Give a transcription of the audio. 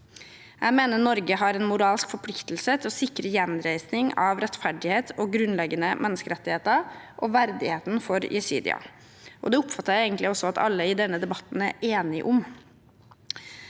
Jeg mener Norge har en moralsk forpliktelse til å sikre gjenreisning av rettferdighet, grunnleggende menneskerettigheter og verdighet for jesidier. Det oppfatter jeg egentlig at alle i denne debatten er enige om.